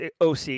OC